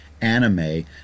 anime